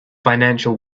financial